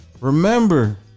Remember